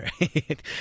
right